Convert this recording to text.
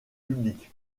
public